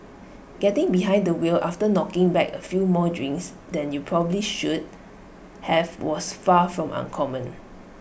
getting behind the wheel after knocking back A few more drinks than you probably should have was far from uncommon